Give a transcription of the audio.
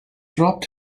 dropped